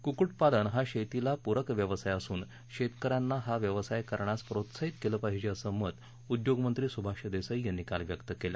कुक्कुटपालन हा शेतीला पूरक व्यवसाय असून शेतकऱ्यांना हा व्यवसाय करण्यास प्रोत्साहित केलं पाहिजे असं मत उद्योगमंत्री सुभाष देसाई यांनी काल व्यक्त केलं